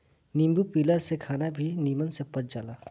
नींबू पियला से खाना भी निमन से पच जाला